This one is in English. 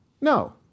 No